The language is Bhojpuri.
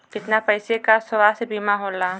कितना पैसे का स्वास्थ्य बीमा होला?